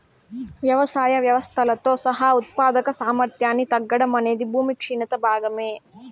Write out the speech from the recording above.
వ్యవసాయ వ్యవస్థలతో సహా ఉత్పాదక సామర్థ్యాన్ని తగ్గడం అనేది భూమి క్షీణత భాగమే